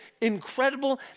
incredible